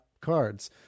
cards